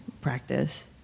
practice